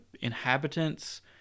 inhabitants